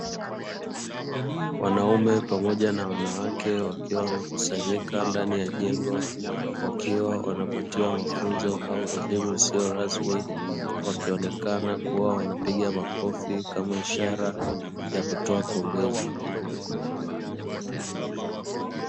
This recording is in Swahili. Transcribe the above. Wanaume pamoja na wanawake wakiwa wamekusanyika ndani ya jengo, wakiwa wanapatiwa mafunzo au elimu isiyo rasmi. Wakionekana kuwa wanapiga makofi kama ishara ya kutoa pongezi.